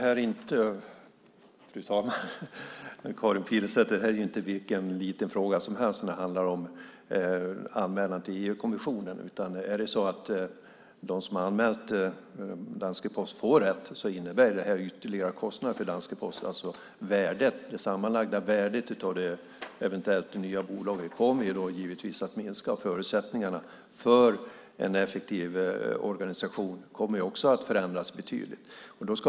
Fru talman! Det är inte vilken liten fråga som helst, Karin Pilsäter, när det handlar om en anmälan till EU-kommissionen. Om de som anmält danska Posten får rätt innebär det ytterligare kostnader för danska Posten. Det sammanlagda värdet av ett eventuellt nytt bolag kommer då givetvis att minska, och förutsättningarna för en effektiv organisation kommer också att betydligt förändras.